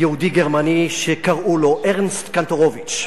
יהודי גרמני, שקראו לו ארנסט קנטרוביץ.